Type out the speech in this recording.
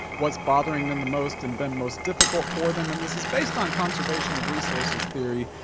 what's bothering them the most and been most difficult for them. and this is based on conservation of resources theory,